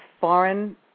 foreign